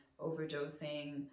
overdosing